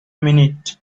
minute